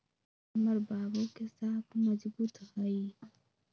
हमर बाबू के साख मजगुत हइ